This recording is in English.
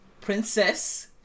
Princess